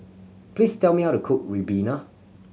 please tell me how to cook ribena